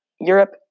Europe